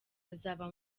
azaba